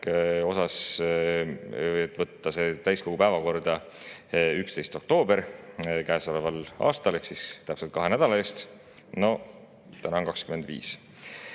et võtta see täiskogu päevakorda 11. oktoobril käesoleval aastal ehk siis täpselt kahe nädala eest. No täna on 25.